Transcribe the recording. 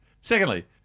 Secondly